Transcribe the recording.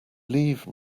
leave